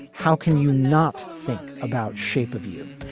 how can you not think about shape of you?